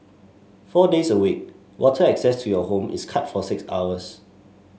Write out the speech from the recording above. four days a week water access to your home is cut for six hours